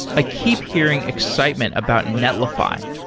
i keep hearing excitement about netlify.